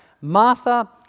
Martha